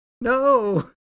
No